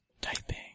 Typing